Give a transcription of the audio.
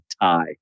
tie